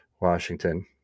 washington